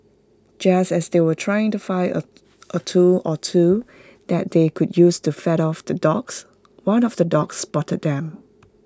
just as they were trying to find A a tool or two that they could use to fend off the dogs one of the dogs spotted them